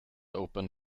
open